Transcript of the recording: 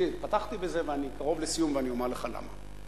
פתחתי בזה ואני קרוב לסיום, ואני אומר לך למה.